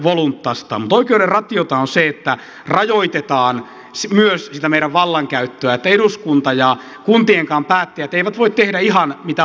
mutta oikeuden ratiota on se että rajoitetaan myös sitä meidän vallankäyttöämme että eduskunta ja kuntienkaan päättäjät eivät voi tehdä ihan mitä haluavat